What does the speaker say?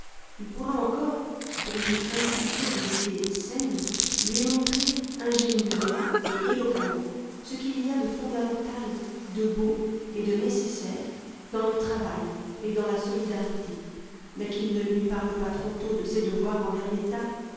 il pourra encore pour lui inculquer des idées saines lui montrer ingénieusement et éloquemment ce qu'il y a de fondamental de beau et de nécessaire dans le travail et dans la solidarité mais qu'il ne lui parle pas trop tôt de ses devoirs envers l'etal